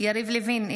יריב לוין,